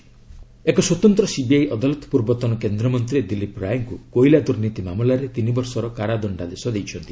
Dilip Ray sentenced ଏକ ସ୍ନତନ୍ତ୍ର CBI ଅଦାଲତ ପୂର୍ବତନ କେନ୍ଦ୍ର ମନ୍ତ୍ରୀ ଦିଲ୍ଲୀପ ରାୟଙ୍କୁ କୋଇଲା ଦୁର୍ନୀତି ମାମଲାରେ ତିନି ବର୍ଷର କାରାଦଣ୍ଡାଦେଶ ଦେଇଛନ୍ତି